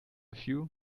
few